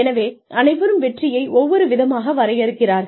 எனவே அனைவரும் வெற்றியை ஒவ்வொரு விதமாக வரையறுக்கிறார்கள்